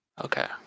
okay